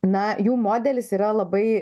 na jų modelis yra labai